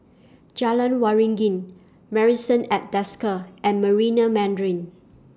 Jalan Waringin Marrison At Desker and Marina Mandarin